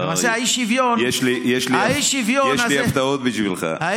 לא, יש לי הפתעות בשבילך.